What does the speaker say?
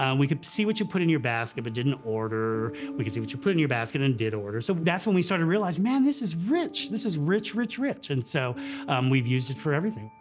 and we could see what you put in your basket but didn't order, we could see what you put in your basket and did order. so that's when we started realizing, man, this is rich. this is rich, rich, rich. and so we've used it for everything.